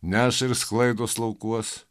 neša ir sklaidos laukuos